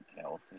health